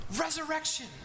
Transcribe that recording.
Resurrection